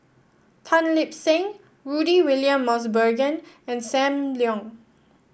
Tan Lip Seng Rudy William Mosbergen and Sam Leong